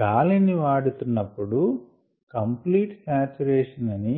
గాలిని వాడుతున్నప్పుడు complete saturation అని